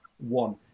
one